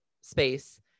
space